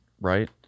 right